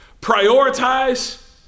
prioritize